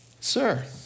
Sir